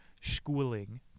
schooling